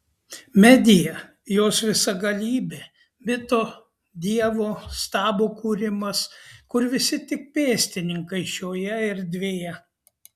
medija jos visagalybė mito dievo stabo kūrimas kur visi tik pėstininkai šioje erdvėje